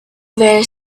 very